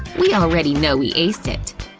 we already know we aced it!